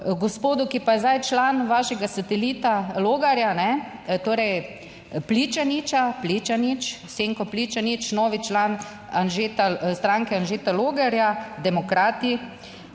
gospodu, ki pa je zdaj član vašega satelita Logarja, torej Pličaniča, Pličanič, Senko Pličanič novi član Anžeta, stranke Anžeta Logarja, Demokrati,